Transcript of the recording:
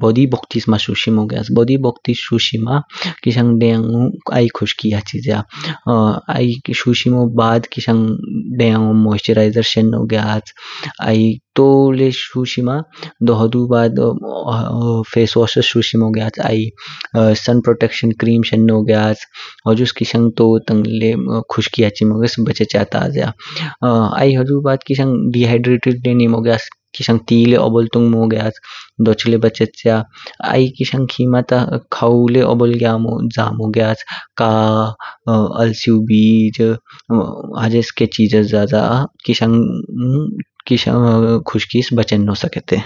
बोदि बोक तीस माशुशिम ग्याच बोदि बोक तीस शुशिमा किशंग द्ययंगु आई खुशकी हाचिज्या। आई शुशिमो बाद किशंग द्ययनो मोसेरिगेर शेननो ग्याच। आई तू ल्ये शिशिमा हड़ु बाद ल्ये। फेस वाशस शुशिमो ग्याच। आई सन प्रोटेक्शन क्रीम शेनो ग्याच। हुजुस किशंग तोोटंग ल्ये खुशकी हाचिम्ग्स बच्चया ता ज्या। आई हुजु बाद किशंग दिहिद्रेडिद ल्ये निमो ग्याच। किशंग ते ल्ये ओबोल तुम्गमो ग्याच दोच ल्ये बच्चेच्य। आई किशंग खिमा ता खावु ल्ये ओबोल जामो ग्याच। काअ, आल्सिउ बीज, हजेके चिजो जा जा किशंग किशंग खुस्किस बच्चेनो स्केटे।